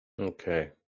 Okay